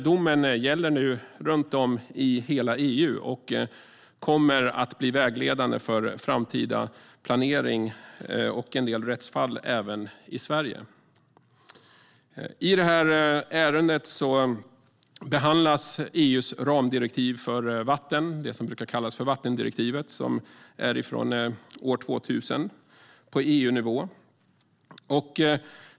Domen gäller nu i hela EU och kommer att bli vägledande för framtida planering och en del rättsfall även i Sverige. I det här ärendet behandlas EU:s ramdirektiv för vatten - det som brukar kallas för EU:s vattendirektiv och som är från år 2000.